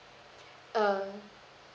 err